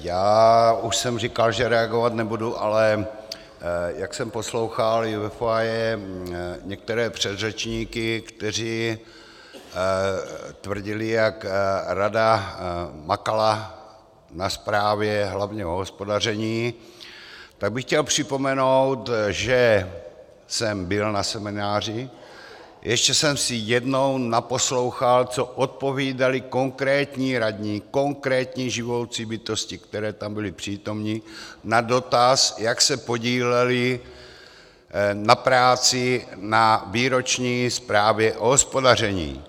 Já už jsem říkal, že reagovat nebudu, ale jak jsem poslouchal i ve foyer některé předřečníky, kteří tvrdili, jak rada makala na zprávě hlavně o hospodaření, tak bych chtěl připomenout, že jsem byl na semináři, ještě jsem si jednou naposlouchal, co odpovídali konkrétní radní, konkrétní živoucí bytosti, které tam byly přítomny, na dotaz, jak se podílely na práci na výročních zprávě o hospodaření.